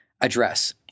address